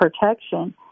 protection